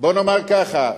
בוא נאמר ככה,